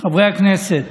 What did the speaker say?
חברי הכנסת,